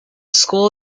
school